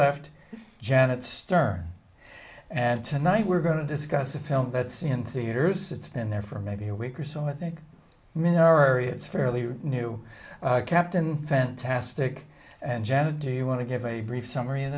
left janet stern and tonight we're going to discuss a film that's in theaters it's been there for maybe a week or so i think mary it's fairly new captain fantastic and janet do you want to give a brief summary